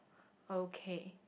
okay